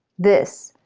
this,